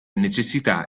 necessità